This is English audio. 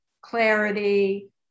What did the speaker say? clarity